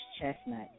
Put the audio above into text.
Chestnut